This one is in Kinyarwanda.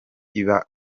iba